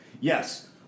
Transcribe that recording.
yes